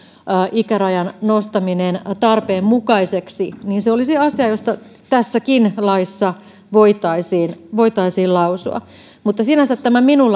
ikärajan nostaminen tarpeenmukaiseksi olisivat asioita joista tässäkin laissa voitaisiin voitaisiin lausua mutta sinänsä tämä minun